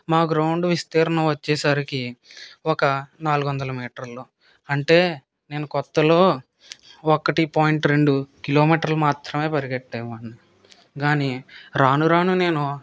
మా గ్రౌండ్ విస్తీర్ణం వచ్చే సరికి ఒక నాలుగు వందల మీటర్లు అంటే నేను కొత్తలో ఒకటి పాయింట్ రెండు కిలోమీటర్లు మాత్రమే పరిగెత్తేవాడిని కానీ రాను రాను నేను